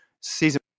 Season